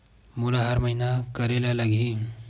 मोला हर महीना करे ल लगही?